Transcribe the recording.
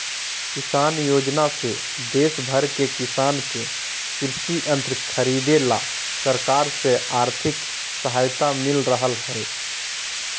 किसान योजना से देश भर के किसान के कृषि यंत्र खरीदे ला सरकार से आर्थिक सहायता मिल रहल हई